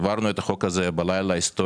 אתה יודע מה מקור הנשק מספר אחד בחברה הערבית?